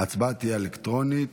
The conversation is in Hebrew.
ההצבעה תהיה אלקטרונית.